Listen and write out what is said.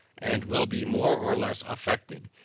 and will be more or less affected,